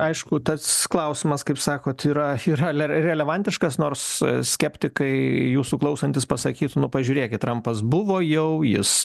aišku tas klausimas kaip sakot yra relevantiškas nors skeptikai jūsų klausantis pasakytų nu pažiūrėkit trampas buvo jau jis